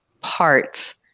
parts